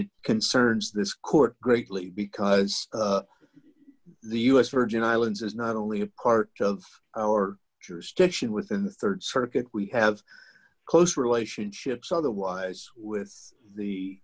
it concerns this court greatly because the u s virgin islands is not only a part of our jurisdiction within the rd circuit we have close relationships otherwise with the